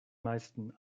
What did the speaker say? meisten